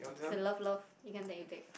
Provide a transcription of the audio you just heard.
it's a love love you can take you take